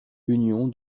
union